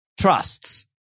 Trusts